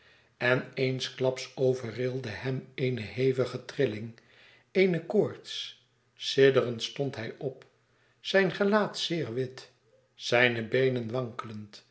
en eensklaps overrilde hem eene hevige trilling eene koorts sidderend stond hij op zijn gelaat zeer wit zijne beenen wankelend